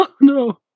No